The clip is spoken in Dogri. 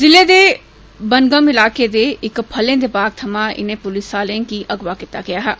जिले दे बनगन इलाके दे इक फलै दे बाग थमां इनें पुलिसआले गी अगवाह कीता गेआ हा